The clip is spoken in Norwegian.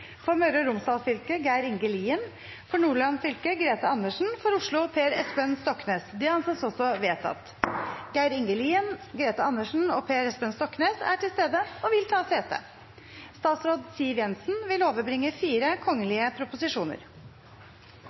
For Møre og Romsdal fylke: Geir Inge Lien For Nordland fylke: Grethe Andersen For Oslo: Per Espen Stoknes Geir Inge Lien, Grethe Andersen og Per Espen Stoknes er til stede og vil ta sete. Representanten Per Olaf Lundteigen vil